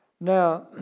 Now